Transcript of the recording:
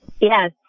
Yes